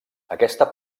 aquesta